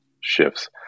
shifts